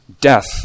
death